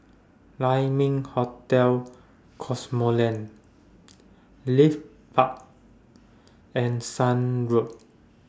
Lai Ming Hotel Cosmoland Leith Park and Shan Road